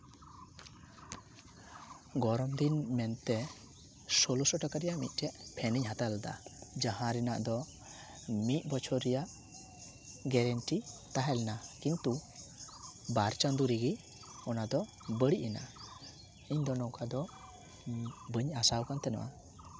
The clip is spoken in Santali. ᱜᱚᱨᱚᱢ ᱫᱤᱱ ᱢᱮᱱᱛᱮ ᱥᱳᱞᱳᱥᱚ ᱴᱟᱠᱟ ᱨᱮᱭᱟᱜ ᱢᱤᱫᱴᱮᱡ ᱯᱷᱮᱱᱤᱧ ᱦᱟᱛᱟᱣ ᱞᱮᱫᱟ ᱡᱟᱦᱟᱸ ᱨᱮᱭᱟᱜ ᱫᱚ ᱢᱤᱫ ᱵᱚᱪᱷᱚᱨ ᱨᱮᱭᱟᱜ ᱜᱮᱨᱮᱱᱴᱤ ᱛᱟᱦᱮᱞᱮᱱᱟ ᱠᱤᱱᱛᱩ ᱵᱟᱨ ᱪᱟᱸᱫᱚ ᱨᱮᱜᱮ ᱚᱱᱟ ᱫᱚ ᱵᱟᱹᱲᱤᱡ ᱮᱱᱟ ᱤᱧ ᱫᱚ ᱱᱚᱝᱠᱟ ᱫᱚ ᱵᱟᱹᱧ ᱟᱥᱟᱣ ᱠᱟᱱ ᱛᱟᱦᱮᱱᱚᱜᱼᱟ